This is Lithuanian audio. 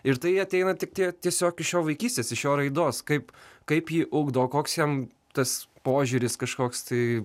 ir tai ateina tik tie tiesiog iš jo vaikystės iš jo raidos kaip kaip jį ugdo koks jam tas požiūris kažkoks tai